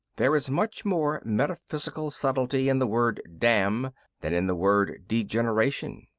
there is much more metaphysical subtlety in the word damn than in the word degeneration.